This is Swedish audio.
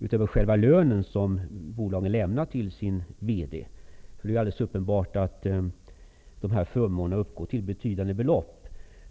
utöver lönen som bolagen lämnar sin VD. Det är helt uppenbart att dessa förmåner uppgår till betydande belopp.